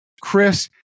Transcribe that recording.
Chris